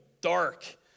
dark